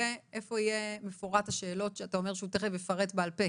איפה יהיה מפורט השאלות שאתה אומר שהוא תכף יפרט בעל פה?